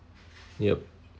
yup